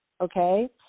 Okay